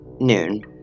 noon